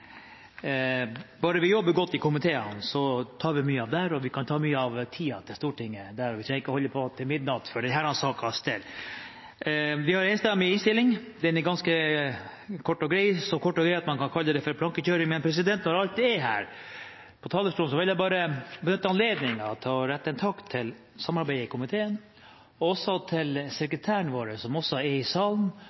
bare vi jobber godt i komiteen, gjør vi mye der – vi kan bruke mye av tiden til Stortinget der. Vi trenger ikke å holde på til midnatt for denne sakens del. Vi har en enstemmig innstilling. Den er ganske kort og grei, så kort og grei at man kan kalle det for plankekjøring. Men når jeg alt er her på talerstolen, vil jeg benytte anledningen til å rette en takk til komiteen for samarbeidet, til sekretæren vår – som også er i salen